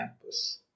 campus